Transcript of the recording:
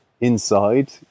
inside